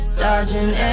Dodging